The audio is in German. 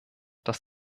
dass